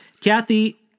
Kathy